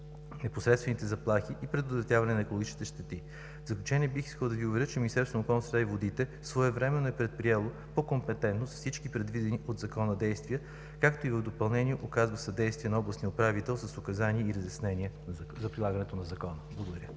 непосредствените заплати и предотвратяване на екологични щети. В заключение бих искал да Ви уверя, че Министерството на околната среда и водите своевременно е предприело по компетентност всички предвидени от Закона действия, както и в допълнение оказва съдействие на областния управител с указания и разяснения за прилагането на Закона. Благодаря.